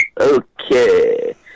Okay